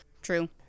True